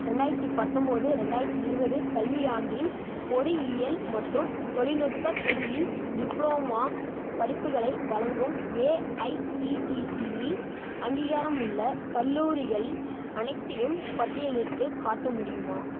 ரெண்டாயிரத்தி பத்தொம்பது ரெண்டாயிரத்தி இருபது கல்வி ஆண்டில் பொறியியல் மற்றும் தொலில்நுட்ப பிரிவில் டிப்ளோமா படிப்புகளை வழங்கும் ஏஐசிடிசிஇ அங்கீகாரம் உள்ள கல்லூரிகள் அனைத்தையும் பட்டியலிட்டுக் காட்ட முடியுமா